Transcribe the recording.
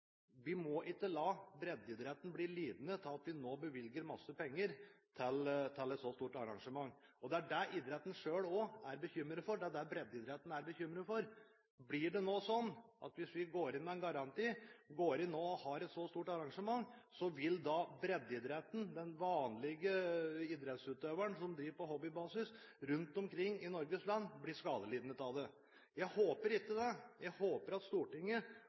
breddeidretten er bekymret for. Hvis vi går inn med en garanti for et så stort arrangement, vil breddeidretten, den vanlige idrettsutøveren som driver på hobbybasis rundt omkring i Norges land, bli skadelidende. Jeg håper ikke det. Jeg håper at